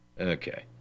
Okay